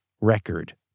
record